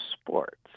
sports